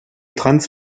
trans